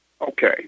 Okay